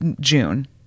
June